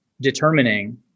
determining